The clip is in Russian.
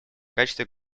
качестве